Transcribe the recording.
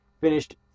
finished